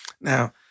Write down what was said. Now